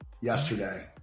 yesterday